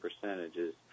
percentages